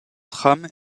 tram